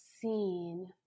seen